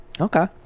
Okay